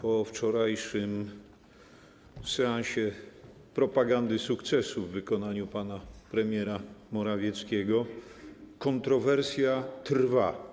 Po wczorajszym seansie propagandy sukcesu w wykonaniu pana premiera Morawieckiego kontrowersja trwa.